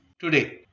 today